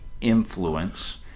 influence